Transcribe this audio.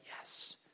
yes